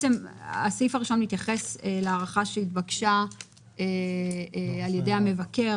הסעיף הראשון מתייחס להארכה שהתבקשה על ידי מבקר